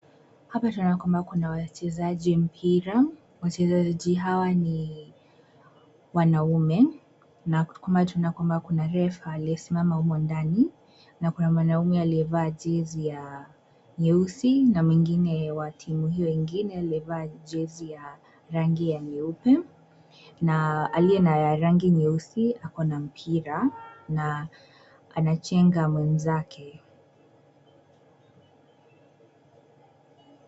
Hapa tunaona kwamba kuna wachezaji mpira, wachezaji hawa ni wanaume na tunaona ya kwamba kuna refa aliyesimama humo ndani na kuna mwanaume aliyevaa jezi ya nyeusi na mwingine wa timu hiyo ingine aliyevaa jezi ya rangi ya nyeupe na aliye na ya rangi nyeusi ako na mpira na anachenga mwenzake.